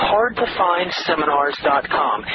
HardtofindSeminars.com